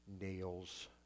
nails